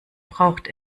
braucht